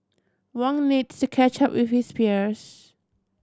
Wong needs to catch up with his peers